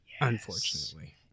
Unfortunately